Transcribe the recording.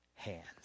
Hands